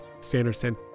Sanderson